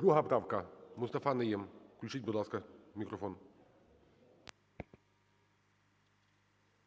2 правка, Мустафа Найєм. Включіть, будь ласка, мікрофон.